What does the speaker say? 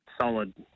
solid